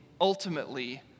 ultimately